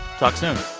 talk soon